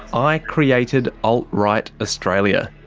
i created alt-right australia.